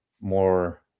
more